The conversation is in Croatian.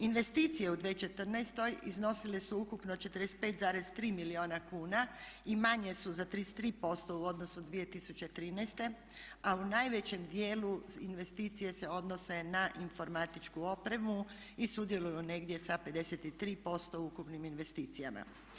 Investicije u 2014. iznosile su ukupno 45,3 milijuna kuna i manje su za 33% u odnosu 2013. a u najvećem dijelu investicije se odnose na informatičku opremu i sudjeluju negdje sa 53% u ukupnim investicijama.